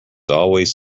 always